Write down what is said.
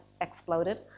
exploded